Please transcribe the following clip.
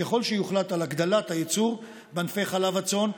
ככל שיוחלט על הגדלת הייצור בענפי חלב הצאן,